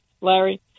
Larry